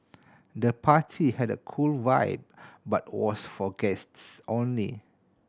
the party had a cool vibe but was for guests only